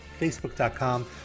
Facebook.com